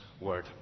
word